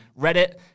Reddit